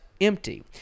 empty